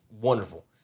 wonderful